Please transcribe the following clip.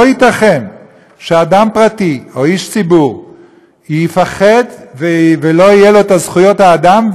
לא ייתכן שאדם פרטי או איש ציבור יפחד ולא יהיו לו זכויות אדם,